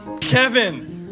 Kevin